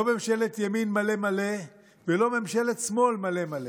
לא ממשלת ימין מלא מלא ולא ממשלת שמאל מלא מלא,